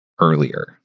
earlier